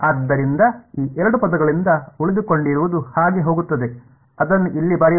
ಆದ್ದರಿಂದ ಈ ಎರಡು ಪದಗಳಿಂದ ಉಳಿದುಕೊಂಡಿರುವುದು ಹಾಗೆ ಹೋಗುತ್ತದೆ ಅದನ್ನು ಇಲ್ಲಿ ಬರೆಯೋಣ